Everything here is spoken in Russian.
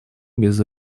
без